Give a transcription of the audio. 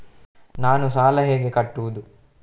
ನಾನು ಸಾಲ ಹೇಗೆ ಕಟ್ಟುವುದು?